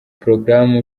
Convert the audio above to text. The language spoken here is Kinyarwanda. porogaramu